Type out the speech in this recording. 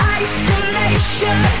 isolation